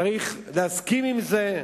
צריך להסכים עם זה.